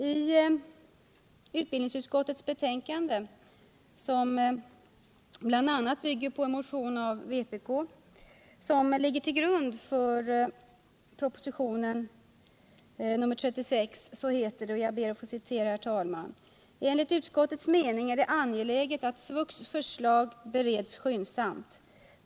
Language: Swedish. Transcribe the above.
I utbildningsutskottets betänkande 1975 78:36. I detta betänkande heter det: ”Enligt utskottets mening är det angeläget att SVUX:s förslag bereds skyndsamt.